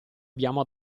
abbiamo